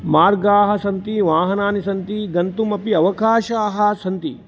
मार्गाः सन्ति वाहनानि सन्ति गन्तुं अपि अवकाशाः सन्ति